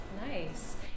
Nice